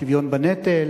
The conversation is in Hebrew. שוויון בנטל,